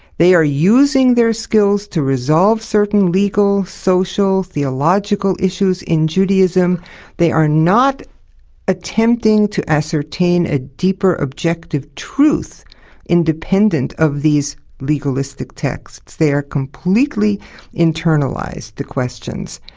they are using their skills to resolve certain legal, social, theological issues in judaism they are not attempting to ascertain a deeper objective truth independent of these legalistic texts. they are completely internalised, the questions.